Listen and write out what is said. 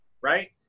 Right